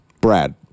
Brad